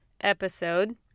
episode